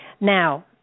now